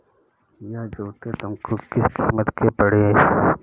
यह जूते तुमको किस कीमत के पड़े?